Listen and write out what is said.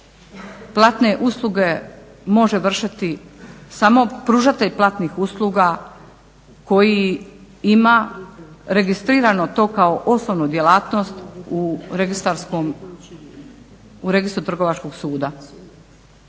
platne usluge može vršiti samo pružatelj platnih usluga koji ima registrirano to kao osnovu djelatnost u registru trgovačkog suda.